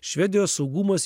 švedijos saugumas